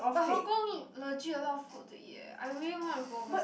but Hong-Kong look legit a lot of food to eat eh I really wanna go over